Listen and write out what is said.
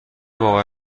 باور